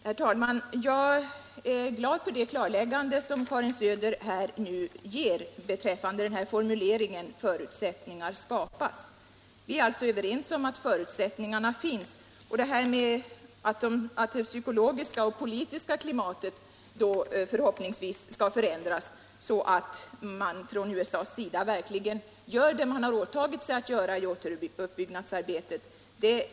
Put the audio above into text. Herr talman! Jag är glad för det klarläggande som Karin Söder ger beträffande formuleringen ”förutsättningar skapas”. Vi är alltså överens om att förutsättningarna finns. Jag delar också Karin Söders förhoppning att det psykologiska och politiska klimatet skall förändras så att USA gör vad man åtagit sig att göra i återuppbyggnadsarbetet.